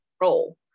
role